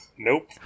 Nope